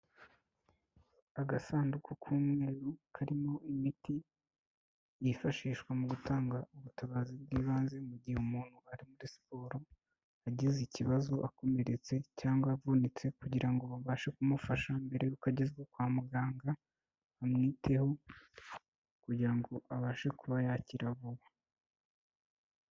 Agasanduku k'umweru karimo imiti yifashishwa mu gutanga ubutabazi bw'ibanze mu gihe umuntu ari muri siporo, agize ikibazo, akomeretse cyangwa avunitse kugira ngo babashe kumufasha mbere yuko agezwa kwa muganga, bamwiteho kugira ngo abashe kuba yakira vuba.